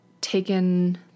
taken